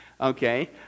okay